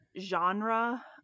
genre